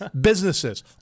businesses